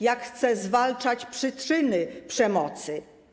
Jak chce zwalczać przyczyny przemocy?